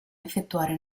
effettuare